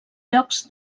llocs